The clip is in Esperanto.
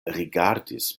rigardis